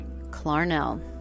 Clarnell